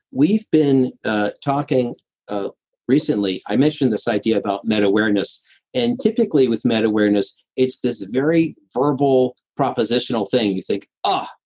we've been ah talking ah recently, i mentioned this idea about meta-awareness and typically with meta-awareness, it's this very verbal propositional thing. you think, ah,